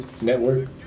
Network